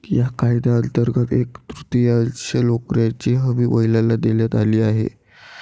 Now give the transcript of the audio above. या कायद्यांतर्गत एक तृतीयांश नोकऱ्यांची हमी महिलांना देण्यात आली आहे